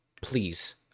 please